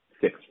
six